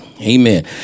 Amen